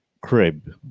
crib